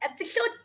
episode